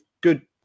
good